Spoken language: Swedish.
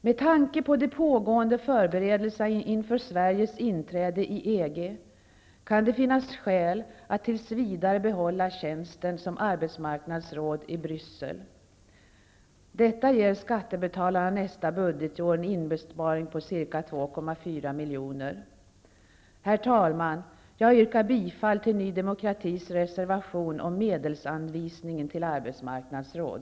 Med tanke på de pågående förberedelserna inför Sveriges inträde i EG kan det finnas skäl att tills vidare behålla arbetsmarknadsrådstjänsten i Bryssel. Detta ger skattebetalarna nästa budgetår en inbesparing på ca 2,4 milj.kr. Herr talman! Jag yrkar bifall till Ny demokratis reservation om medelsanvisningen till arbetsmarknadsråd.